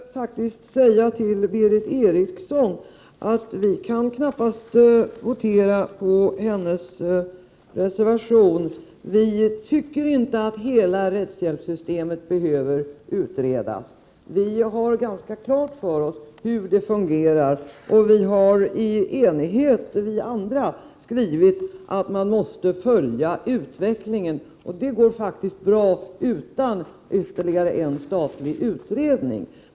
Herr talman! Jag måste säga till Berith Eriksson att vi knappast kan rösta för hennes reservation. Vi tycker inte att hela rättshjälpssystemet behöver utredas. Vi andra har ganska klart för oss hur det fungerar, och vi har i enighet skrivit att man måste följa utvecklingen. Det går faktiskt bra utan ytterligare en statlig utredning.